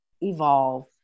evolve